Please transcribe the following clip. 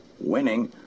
winning